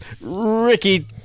Ricky